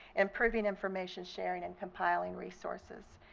improving information sharing and compiling resources.